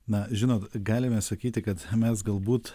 na žinot galime sakyti kad mes galbūt